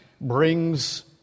brings